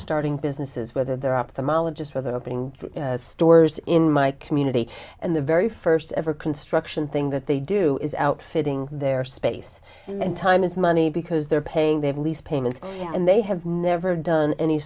starting businesses whether they're ophthalmologists for the opening stores in my community and the very first ever construction thing that they do is outfitting their space and time is money because they're paying they have lease payment and they have never done any